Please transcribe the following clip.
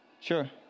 Sure